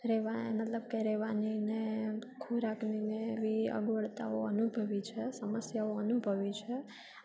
રેવા મતલબ કે રહેવાનીને ખોરાકનીને એવી અગવડતાઓ અનુભવી છે સમસ્યાઓ અનુભવી છે